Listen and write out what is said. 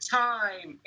time